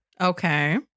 Okay